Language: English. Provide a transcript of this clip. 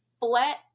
flat